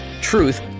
truth